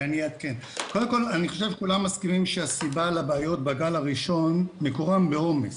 כולנו מסכימים שהסיבה לבעיות בגל הראשון מקורן בעומס.